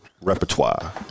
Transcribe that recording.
repertoire